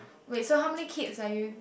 wait so how many kids are you